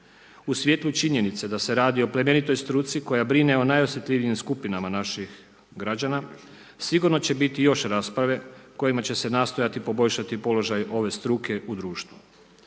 U svjetlu činjenice da se radi o plemenitoj struci koja brine o najosjetljivijim skupinama naših građana sigurno će biti još rasprave kojima će se nastojati poboljšati položaj ove struke u društvu.